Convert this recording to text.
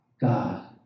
God